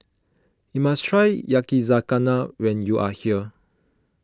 you must try Yakizakana when you are here